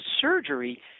surgery